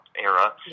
era